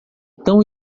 tão